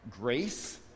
grace